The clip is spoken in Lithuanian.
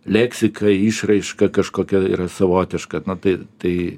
leksika išraiška kažkokia yra savotiška na tai tai